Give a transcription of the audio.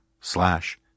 slash